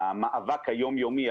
המאבק היומיומי,